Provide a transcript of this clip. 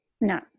No